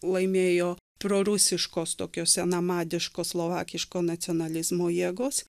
laimėjo prorusiškos tokios senamadiškos slovakiško nacionalizmo jėgos